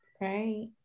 Right